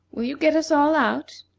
will you get us all out?